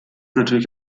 natürlich